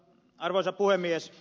arvoisa puhemies